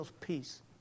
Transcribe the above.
peace